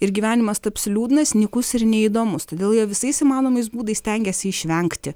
ir gyvenimas taps liūdnas nykus ir neįdomus todėl jie visais įmanomais būdais stengiasi išvengti